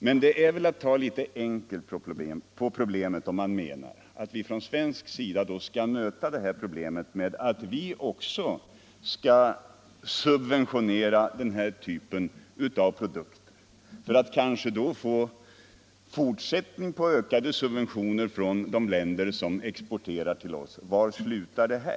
Men det är väl att ta litet enkelt på problemet om man menar att vi från svensk sida skall möta dessa svårigheter med att vi också skall subventionera den — Nr 87 här typen av produkter — för att kanske då möta en fortsatt ökning av Torsdagen den subventioner från de länder som exporterar till oss. Var slutar det här?